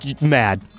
mad